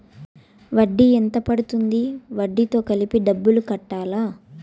వడ్డీ ఎంత పడ్తుంది? వడ్డీ తో కలిపి డబ్బులు కట్టాలా?